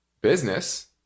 business